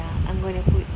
ya I'm gonna put